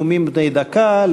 נאומים בני דקה,